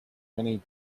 many